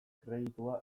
kreditua